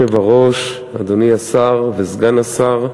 אדוני היושב-ראש, אדוני השר וסגן השר,